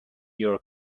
your